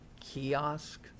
kiosk